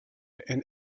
and